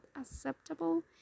acceptable